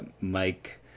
Mike